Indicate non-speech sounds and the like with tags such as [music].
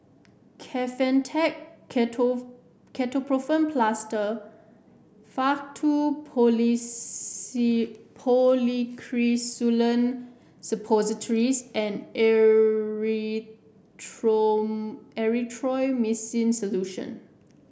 Kefentech [unintelligible] Ketoprofen Plaster Faktu [unintelligible] Policresulen Suppositories and [unintelligible] Erythroymycin Solution